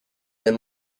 then